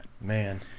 man